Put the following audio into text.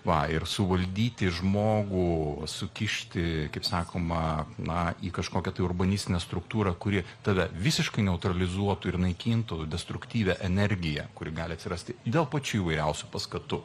va ir suvaldyti žmogų sukišti kaip sakoma na į kažkokią tai urbanistinę struktūrą kuri tave visiškai neutralizuotų ir naikintų destruktyvią energiją kuri gali atsirasti dėl pačių įvairiausių paskatų